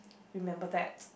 remember that